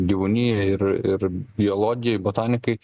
gyvūnija ir ir biologijai botanikai